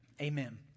amen